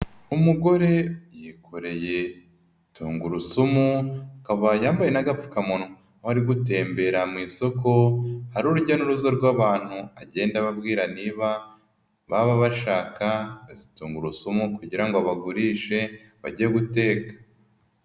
Umugore yikoreye tungurusumu akaba yambaye n'agapfukamunwa, aho ari gutembera mu isoko hari urujya n'uruza rw'abantu, agenda ababwira niba baba bashaka izi tungurusumu kugira ngo abagurishe bajye guteka.